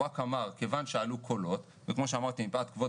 הוא ר אמר כיוון שעלו קולות ומפאת כבוד